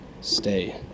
Stay